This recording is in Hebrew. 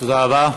תודה רבה.